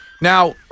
Now